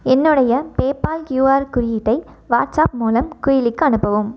என்னுடைய PayPal QR குறியீட்டை WhatsApp மூலம் குயிலிக்கு அனுப்பவும்